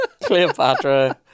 Cleopatra